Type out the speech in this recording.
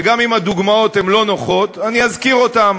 וגם אם הדוגמאות לא נוחות, אזכיר אותן,